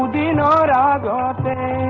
da da da da da